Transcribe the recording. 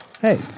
hey